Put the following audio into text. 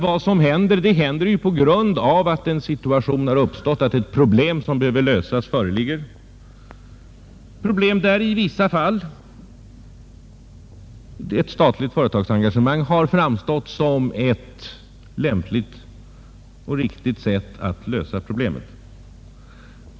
Vad som sker händer ju därför att det har uppstått problem som behöver lösas, och att ett statligt företagsengagemang framstått som ett lämpligt sätt att lösa det problemet.